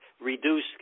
reduce